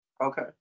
Okay